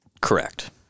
Correct